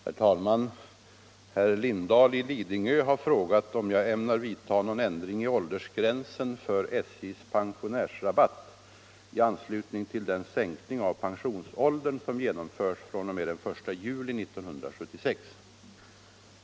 Herr talman! Herr Lindahl i Lidingö har frågat om jag ämnar vidta någon ändring i åldersgränsen för SJ:s pensionärsrabatt i anslutning till den sänkning av pensionsåldern som genomförs fr.o.m. den 1 juli 1976.